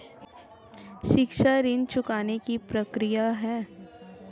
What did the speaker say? शिक्षा ऋण चुकाने की प्रक्रिया क्या है?